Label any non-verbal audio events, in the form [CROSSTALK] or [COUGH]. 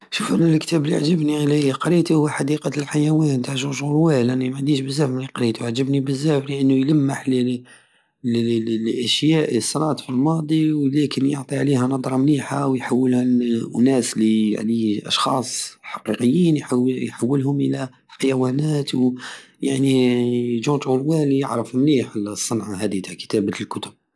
شوف أنا لكتاب عجبني أنا ليقريتو [NOISE] هو حديقة الحيوان تع جورج أوروال أني معنديش بزاف ملي قريتو عجبني بزاف لأنو يلمح لل لل- [HESITATION] الأشياء الي صرات في الماضي ولكن يعطي عليها نضرى مليحة ويحولها لأناس للأشخاص حقيقين يح- يحولهم إلى حيوانات ويعني جورج أوروال يعرف مليح الصنعى هذي تع كتابت الكتب